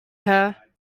her